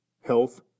health